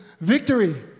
victory